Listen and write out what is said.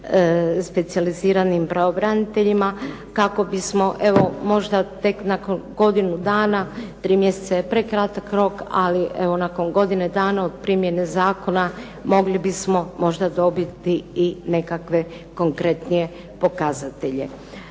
specijaliziranim pravobraniteljima kako bismo evo možda tek nakon godinu dana, 3 mjeseca je prekratak rok, ali evo nakon godine dana od primjene zakona mogli bismo možda dobiti i nekakve konkretnije pokazatelje.